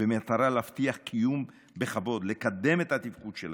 במטרה להבטיח קיום בכבוד, לקדם את התפקוד שלהם.